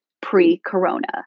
pre-corona